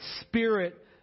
Spirit